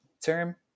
term